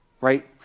Right